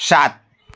सात